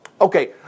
Okay